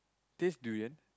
taste durian